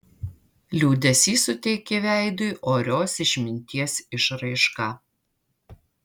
liūdesys suteikė veidui orios išminties išraišką